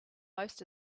most